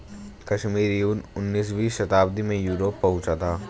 कश्मीरी ऊन उनीसवीं शताब्दी में यूरोप पहुंचा था